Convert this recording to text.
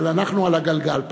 אבל אנחנו על גלגל,